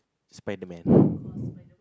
spiderman